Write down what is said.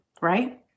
right